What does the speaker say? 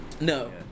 No